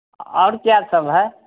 और क्या सब है